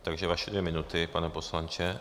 Takže vaše dvě minuty, pane poslanče.